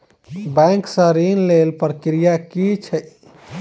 Bank सऽ ऋण लेय केँ प्रक्रिया की छीयै?